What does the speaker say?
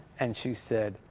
and she said,